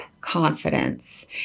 confidence